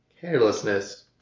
carelessness